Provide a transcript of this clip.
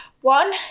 one